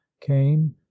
Came